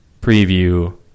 preview